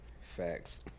facts